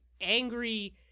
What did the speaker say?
angry